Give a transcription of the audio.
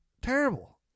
Terrible